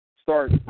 Start